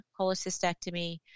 cholecystectomy